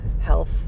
health